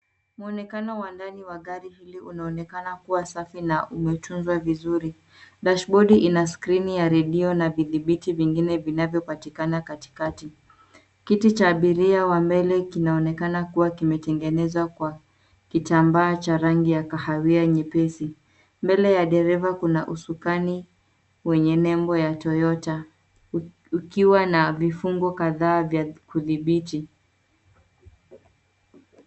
Mwonekano wa ndani wa gari hili unaonekana kuwa safi na umetunzwa vizuri, dashbodi ina skrini ya redio na vithibiti vingine vinavyopatikana katikati, kiti cha abiria wa mbele kinaonekana kuwa kimetengenezwa kwa, kitambaa cha rangi ya kahawia nyepesi, mbele ya dereva kuna usukani, wenye nembo ya Toyota , ukiwa na vifungo kadhaa vya kudhibiti.